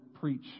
preach